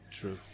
true